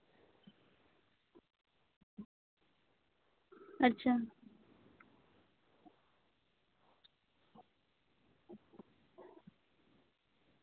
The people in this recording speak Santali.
ᱟᱪᱪᱷᱟ